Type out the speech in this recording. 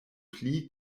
pli